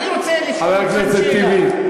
אני רוצה לשאול אתכם שאלה.